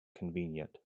convenient